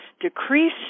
decrease